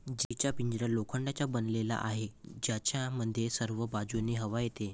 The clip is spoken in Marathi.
जीचा पिंजरा लोखंडाचा बनलेला आहे, ज्यामध्ये सर्व बाजूंनी हवा येते